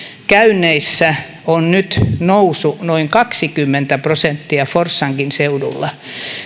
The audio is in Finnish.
käynneissä on nyt nousu noin kaksikymmentä prosenttia forssankin seudulla